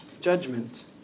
judgment